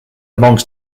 among